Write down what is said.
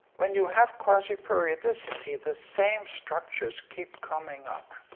when you have quasiperiodicity, the same structures keep coming up.